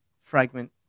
fragment